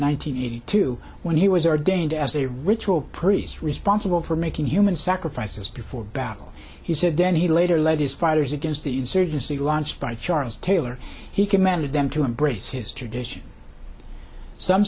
hundred eighty two when he was ordained as a ritual priest responsible for making human sacrifices before battle he said then he later led his fighters against the insurgency launched by charles taylor he commanded them to embrace his tradition some